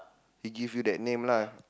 he give you that name lah